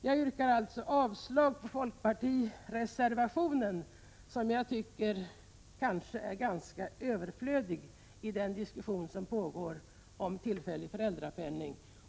Jag yrkar alltså avslag på folkpartireservationen, som jag tycker är ganska överflödig i den diskussion som pågår om tillfällig föräldrapenning.